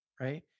right